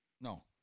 No